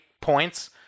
points